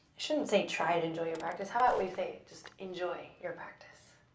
shouldn't say try to enjoy your practice. how about we say just enjoy your practice.